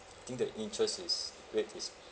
think the interest is rate is